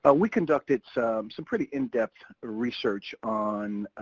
ah we conducted some some pretty in-depth research on